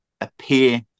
appear